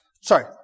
Sorry